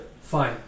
Fine